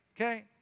okay